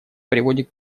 приводит